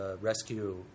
rescue